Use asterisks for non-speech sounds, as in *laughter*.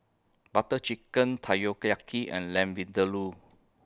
Butter Chicken *unintelligible* and Lamb Vindaloo